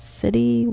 city